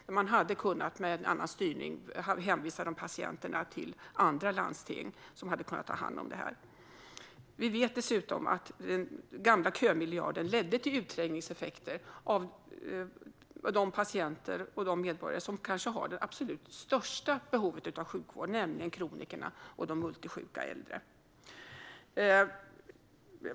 Med annan styrning hade man kunnat hänvisa de patienterna till andra landsting som hade kunnat ta hand om dem. Vi vet dessutom att den gamla kömiljarden ledde till utträngningseffekter av de patienter och medborgare som har det kanske absolut största behovet av sjukvård, nämligen kronikerna och de multisjuka äldre.